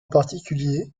particulier